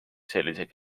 selliseid